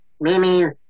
Mimi